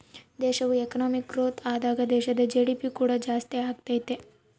ದೇಶವು economic growth ಆದಾಗ ದೇಶದ ಜಿ.ಡಿ.ಪಿ ಕೂಡ ಜಾಸ್ತಿಯಾಗತೈತೆ